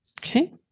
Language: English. okay